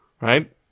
right